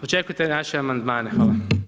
Očekujte naše amandmane, hvala.